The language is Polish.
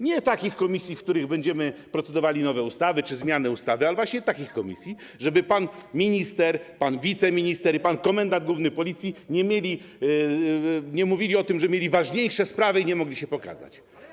Nie w takich komisjach, w których będziemy procedowali nowe ustawy czy zmiany ustaw, ale właśnie w takich komisjach, tak żeby pan minister, pan wiceminister i pan komendant główny Policji nie mówili o tym, że mieli ważniejsze sprawy i nie mogli się pokazać.